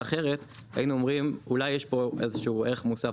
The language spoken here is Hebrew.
אחרת היינו אומרים אולי יש פה איזשהו ערך מוסף.